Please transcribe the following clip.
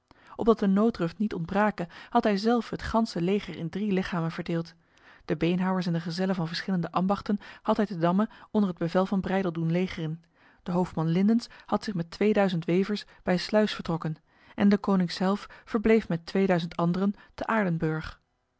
opdat de nooddruft niet ontbrake had hij zelf het ganse leger in drie lichamen verdeeld de beenhouwers en de gezellen van verschillende ambachten had hij te damme onder het bevel van breydel doen legeren de hoofdman lindens had zich met tweeduizend wevers bij sluis vertrokken en deconinck zelf verbleef met tweeduizend anderen te